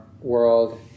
world